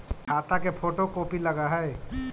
खाता के photocopy लगहै?